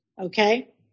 okay